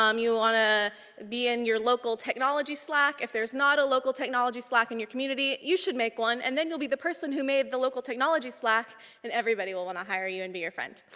um you want to be in your local technology slack. if there's not a local technology slack in your community, you should make one and then you'll be the person who made the local technology slack and everybody will want to hire you and be your friend.